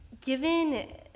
given